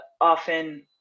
often